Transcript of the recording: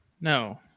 No